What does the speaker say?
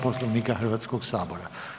Poslovnika Hrvatskog sabora.